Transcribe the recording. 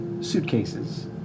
suitcases